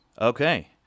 Okay